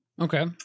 Okay